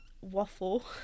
waffle